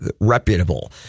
reputable